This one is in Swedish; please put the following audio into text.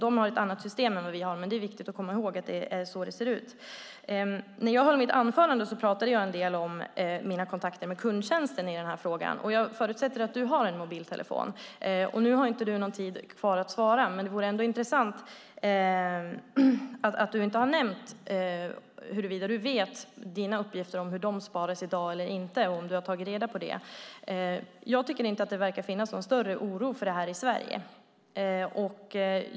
De har ett annat system än vi har, och det är viktigt att komma ihåg att det är så det ser ut. I mitt anförande talade jag en del om mina kontakter med kundtjänsten i den här frågan. Jag förutsätter att Jens Holm har en mobiltelefon. Nu har han inte någon möjlighet att svara, men det är ändå intressant att han inte har nämnt om han vet hur hans uppgifter sparas i dag eller inte och om han har tagit reda på detta. Jag tycker inte att det verkar finnas någon större oro för det här i Sverige.